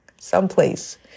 someplace